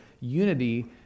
unity